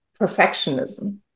perfectionism